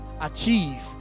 achieve